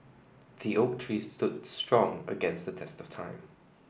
the oak tree stood strong against the test of time